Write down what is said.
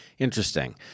Interesting